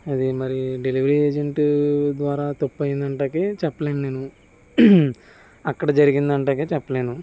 అది మరి delivery agent ద్వారా తప్పు అయ్యింది అనడానికి చెప్పలేను నేను అక్కడ జరిగింది అనడానికి చెప్పలేను